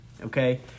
okay